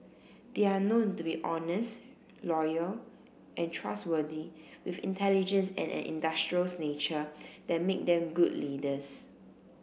they are known to be honest loyal and trustworthy with intelligence and an industrious nature that make them good leaders